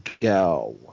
go